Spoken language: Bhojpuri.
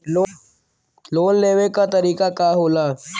लोन लेवे क तरीकाका होला?